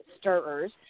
stirrers